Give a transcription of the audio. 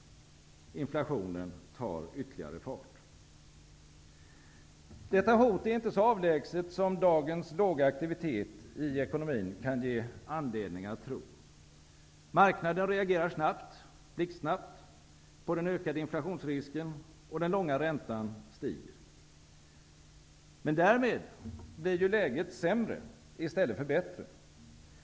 Inflationen tar ytterligare fart. Detta hot är inte så avlägset som dagens låga aktivitet i ekonomin kan ge anledning att tro. Marknaden reagerar blixtsnabbt på den ökade inflationsrisken, och den långa räntan stiger. Men därmed blir läget sämre i stället för bättre.